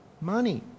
Money